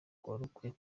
warukwiye